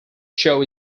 show